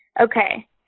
okay